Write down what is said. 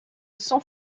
sans